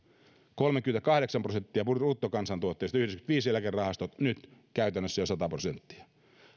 kolmekymmentäkahdeksan prosenttia bruttokansantuotteesta vuonna yhdeksänkymmentäviisi nyt käytännössä jo sata prosenttia